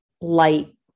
light